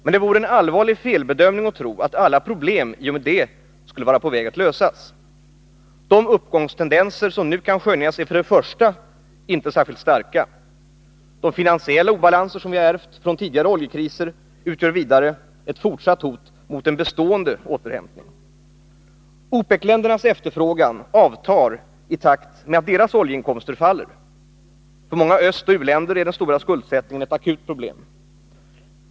Men det vore en allvarlig felbedöming att tro att alla problem i och med det skulle vara på väg att lösas. De uppgångstendenser som nu kan skönjas är inte särskilt starka. De finansiella obalanser som vi har ärvt från de tidigare oljekriserna utgör vidare ett fortsatt hot mot en bestående återhämtning. OPEC-ländernas efterfrågan avtar i takt med att deras oljeinkomster faller. För många östoch u-länder är den stora skuldsättningen ett akut problem.